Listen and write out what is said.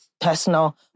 personal